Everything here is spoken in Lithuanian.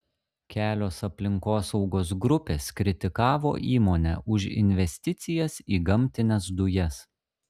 kelios aplinkosaugos grupės kritikavo įmonę už investicijas į gamtines dujas